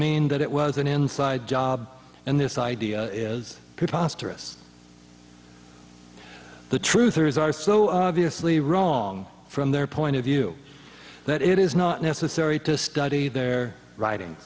mean that it was an inside job and this idea is preposterous the truth or is are so obviously wrong from their point of view that it is not necessary to study their writing